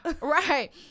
Right